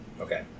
Okay